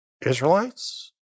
Israelites